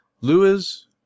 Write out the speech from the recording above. Lewis